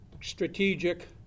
strategic